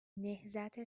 نهضت